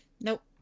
Nope